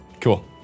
Cool